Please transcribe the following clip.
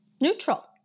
Neutral